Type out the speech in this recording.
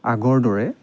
আগৰ দৰে